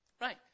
right